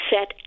set